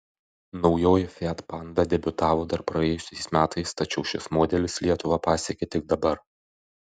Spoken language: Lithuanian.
naujoji fiat panda debiutavo dar praėjusiais metais tačiau šis modelis lietuvą pasiekė tik dabar